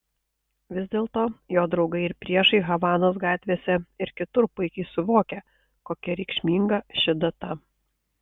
vis dėlto jo draugai ir priešai havanos gatvėse ir kitur puikiai suvokia kokia reikšminga ši data